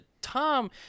Tom